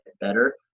better